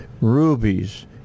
rubies